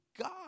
god